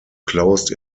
closed